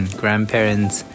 grandparents